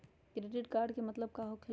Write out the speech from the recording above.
Credit card के मतलब का होकेला?